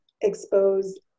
expose